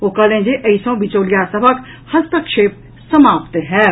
ओ कहलनि जे एहि सँ बिचौलिया सभक हस्तक्षेप समाप्त होयत